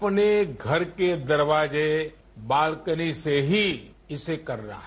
अपने घर के दरवाजे बालकनी से ही इसे करना है